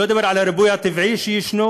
לא מדובר על הריבוי הטבעי שישנו